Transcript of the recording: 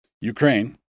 Ukraine